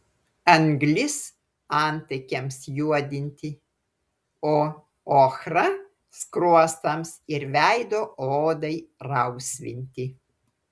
anglis antakiams juodinti o ochra skruostams ir veido odai rausvinti